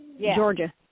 Georgia